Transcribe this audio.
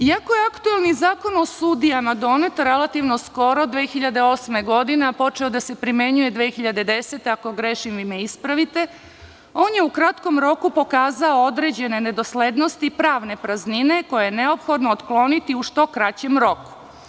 Iako je aktuelni Zakon o sudijama donet relativno skoro, 2008. godine, a počeo da se primenjuje 2010, ako grešim vi me ispravite, on je u kratkom roku pokazao određene nedoslednosti i pravne praznine koje je neophodno otkloniti u što kraćem roku.